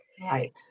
Right